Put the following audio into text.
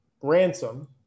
ransom